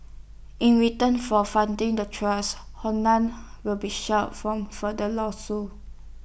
in return for funding the trust Honda will be shielded from further lawsuits